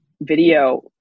video